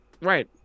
Right